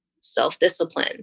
self-discipline